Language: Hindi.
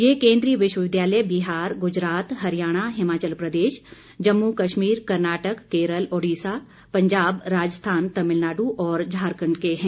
ये केंद्रीय विश्वविद्यालय बिहार गुजरात हरियाणा हिमाचल प्रदेश जम्मू कस्मीर कर्नाटक केरल ओडिसा पंजाब राजस्थान तमिलनाडु और झारखंड के हैं